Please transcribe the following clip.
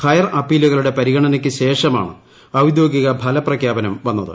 higher അപ്പീലുകളുടെ പരിഗണനയ്ക്ക് ശേഷമാണ് ഔദ്യോഗിക ഫലപ്രഖ്യാപനം വന്നത്